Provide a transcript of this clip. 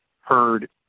heard